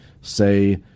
say